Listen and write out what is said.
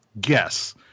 guess